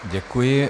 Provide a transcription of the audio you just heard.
Děkuji.